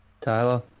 Tyler